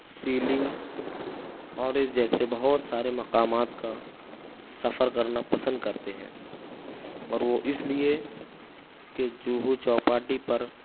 سی link اور اس جیسے بہت سارے مقامات کا سفر کرنا پسند کرتے ہیں اور وہ اس لیے کہ جوہو چوپاٹی پر